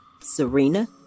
Serena